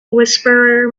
whisperer